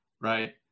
right